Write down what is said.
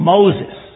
Moses